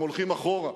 הם הולכים אחורה.